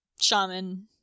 shaman